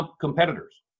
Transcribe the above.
competitors